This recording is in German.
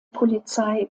polizei